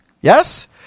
Yes